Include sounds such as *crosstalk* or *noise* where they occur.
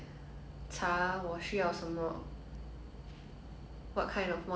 specifications *breath* !wow! I hate research